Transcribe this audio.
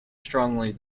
strongly